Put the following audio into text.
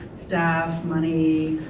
staff, money.